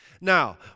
Now